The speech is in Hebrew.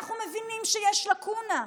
אנחנו מבינים שיש לקונה,